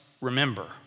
remember